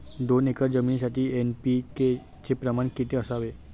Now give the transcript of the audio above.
दोन एकर जमिनीसाठी एन.पी.के चे प्रमाण किती असावे?